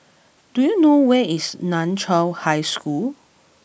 do you know where is Nan Chiau High School